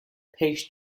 page